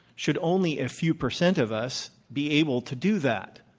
should only a few percent of us be able to do that.